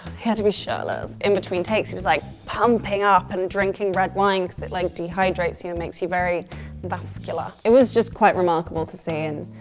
had to be shirtless. in between takes he was like pumping up and drinking red wine cause it, like, dehydrates you and makes you very vascular. it was just quite remarkable to see. and